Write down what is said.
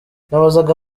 nabazaga